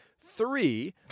Three